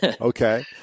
Okay